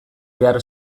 behar